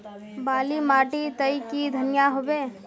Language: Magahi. बाली माटी तई की धनिया होबे?